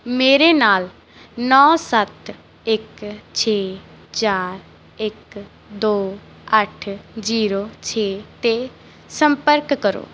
ਮੇਰੇ ਨਾਲ ਨੌਂ ਸੱਤ ਇੱਕ ਛੇ ਚਾਰ ਇੱਕ ਦੋ ਅੱਠ ਜ਼ੀਰੋ ਛੇ 'ਤੇ ਸੰਪਰਕ ਕਰੋ